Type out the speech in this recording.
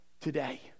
today